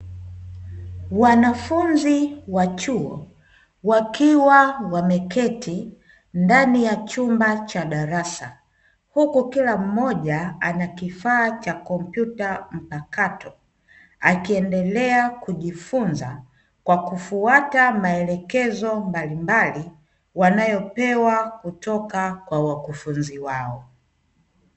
Wanafunzi wa chuo, wakiwa wameketi ndani ya chumba cha darasa, huku kila mmoja ana kifaa cha kompyuta mpakato, akiendelea kujifunza kwa kufuata maelekezo mbalimbali wanayopewa kutoka kwa wakufunzi wao.